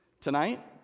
tonight